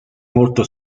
molto